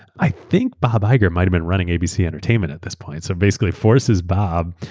i think bob iger might have been running abc entertainment at this point, so basically forces bob,